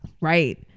right